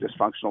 dysfunctional